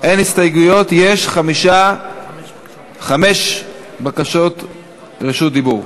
אין הסתייגויות, יש חמש בקשות לרשות דיבור.